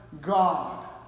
God